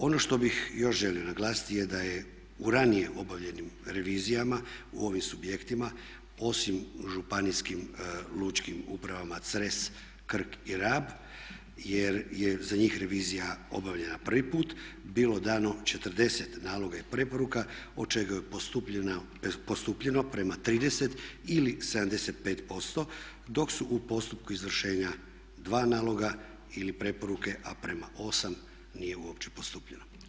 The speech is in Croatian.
Ono što bih još želio naglasiti je da je u ranije obavljenim revizijama u ovim subjektima osim županijskim lučkim upravama Cres, Krk i Rab jer je za njih revizija obavljena prvi put bilo dano 40 naloga i preporuka od čega je postupljeno prema 30 ili 75% dok su u postupku izvršenja 2 naloga ili preporuke, a prema 8 nije uopće postupljeno.